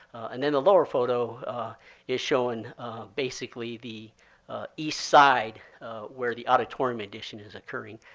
and then the lower photo is showing basically the east side where the auditorium addition is occurring.